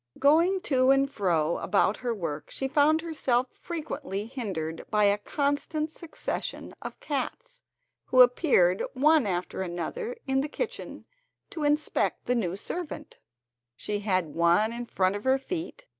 going to and fro about her work, she found herself frequently hindered by a constant succession of cats who appeared one after another in the kitchen to inspect the new servant she had one in front of her feet,